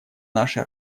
нашей